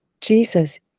Jesus